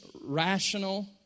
rational